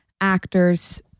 actors